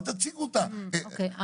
אוקיי,